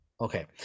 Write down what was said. Okay